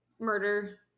Murder